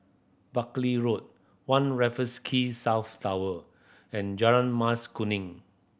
Buckley Road One Raffles Key South Tower and Jalan Mas Kuning